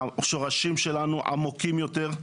השורשים שלנו עמוקים יותר.